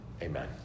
Amen